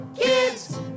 Kids